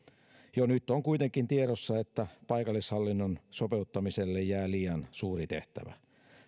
jo nyt on kuitenkin tiedossa että paikallishallinnon sopeuttamiselle jää liian suuri tehtävä